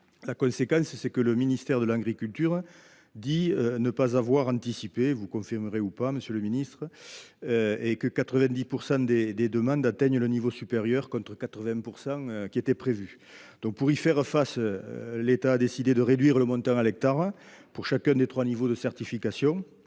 La conséquence, que le ministère de l’agriculture dit ne pas avoir anticipée – vous nous le confirmerez, ou non, monsieur le ministre , est que 90 % des demandes atteignent le niveau supérieur, contre 80 %, comme cela était prévu. Pour y faire face, l’État a décidé de réduire le montant à l’hectare pour chacun des trois niveaux de certification.